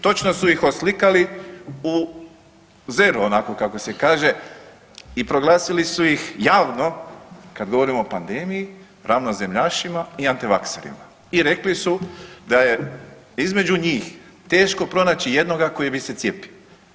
Točno su ih oslikali u zeru onako kako se kaže i proglasili su ih javno kad govorimo o pandemiji ravnozemljašima i antivakserima i rekli su da je između njih teško pronaći jednoga koji bi se cijepio.